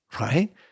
right